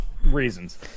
reasons